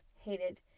Hated